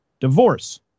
divorce